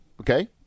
Okay